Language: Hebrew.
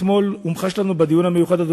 אתמול זה הומחש לנו בדיון המיוחד,